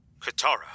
Katara